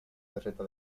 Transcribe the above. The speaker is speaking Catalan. terreta